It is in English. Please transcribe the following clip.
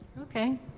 okay